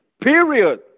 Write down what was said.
period